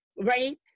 right